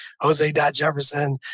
jose.jefferson